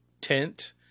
tent